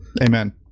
amen